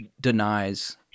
denies